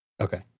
Okay